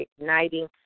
igniting